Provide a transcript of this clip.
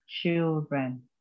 children